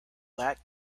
that